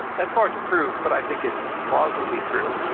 that's hard to prove, but i think it's plausibly true.